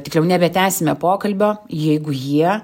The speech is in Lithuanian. tikriau nebetęsime pokalbio jeigu jie